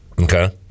Okay